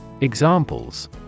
Examples